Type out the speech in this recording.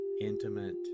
intimate